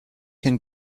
can